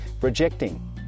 rejecting